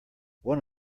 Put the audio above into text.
one